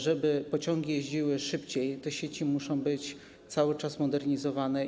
Żeby pociągi jeździły szybciej, te sieci muszą być cały czas modernizowane.